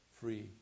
free